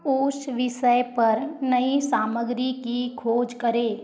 उस विशय पर नई सामग्री की खोज करें